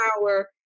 power